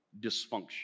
dysfunction